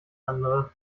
andere